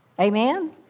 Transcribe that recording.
Amen